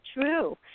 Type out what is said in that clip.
true